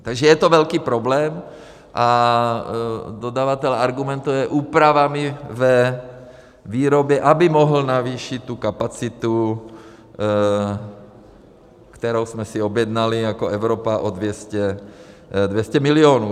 Takže je to velký problém a dodavatel argumentuje úpravami ve výrobě, aby mohl navýšit tu kapacitu, kterou jsme si objednali jako Evropa, o 200 milionů.